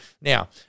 Now